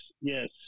yes